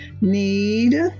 Need